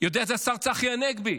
יודע את זה השר צחי הנגבי,